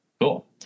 Cool